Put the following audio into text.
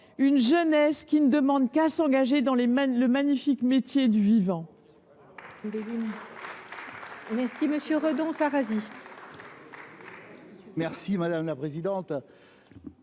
une jeunesse qui ne demande qu’à s’engager dans ce magnifique métier du vivant.